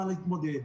מה להתמודד.